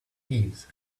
thieves